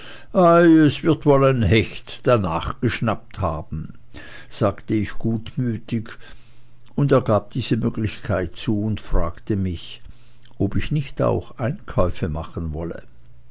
es wird wohl ein hecht danach geschnappt haben sagte ich gutmütig und er gab diese möglichkeit zu und fragte mich ob ich nicht auch einkäufe machen wolle